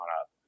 up